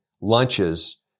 lunches